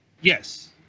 yes